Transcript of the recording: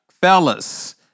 Fellas